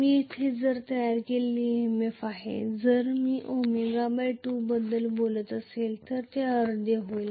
मी येथे तयार केलेला EMF आहे जर मी ω2 बद्दल बोलत असेल तर ते अर्धे होईल